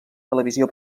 televisió